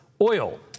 Oil